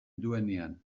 duenean